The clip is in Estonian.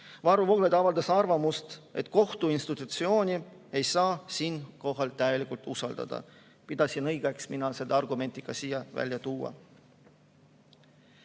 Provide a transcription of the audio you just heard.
Vooglaid avaldas arvamust, et kohtu institutsiooni ei saa siinkohal täielikult usaldada. Ma pidasin õigeks selle argumendi ka siin välja tuua.